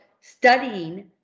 studying